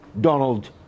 Donald